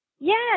Yes